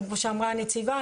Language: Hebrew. כמו שאמרה הנציבה,